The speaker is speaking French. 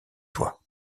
toi